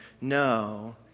No